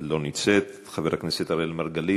לא נמצאת, חבר הכנסת אראל מרגלית,